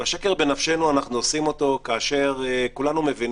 השקר בנפשנו אנחנו עושים כשכולם יודעים